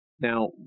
Now